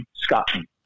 Scotland